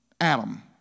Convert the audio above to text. Adam